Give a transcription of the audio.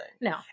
No